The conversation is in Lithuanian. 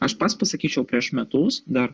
aš pats pasakyčiau prieš metus dar